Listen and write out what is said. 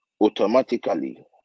automatically